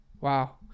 Wow